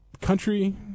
country